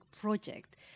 project